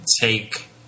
take